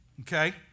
okay